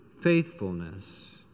faithfulness